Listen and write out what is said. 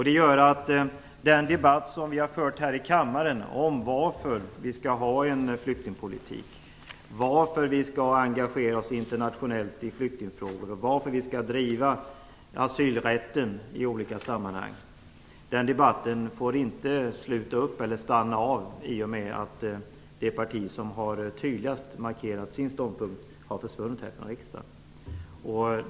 Det gör att den debatt som vi har fört här i kammaren om varför vi skall ha en flyktingpolitik, varför vi skall engagera oss internationellt i flyktingfrågor och varför vi skall driva asylrätten i olika sammanhang inte får stanna av i och med att det parti som tydligast har markerat sin ståndpunkt har försvunnit härifrån riksdagen.